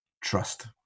trust